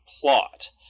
plot